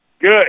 Good